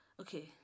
okay